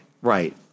right